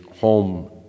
home